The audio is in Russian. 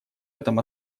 этом